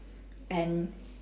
and